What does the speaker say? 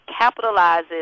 capitalizes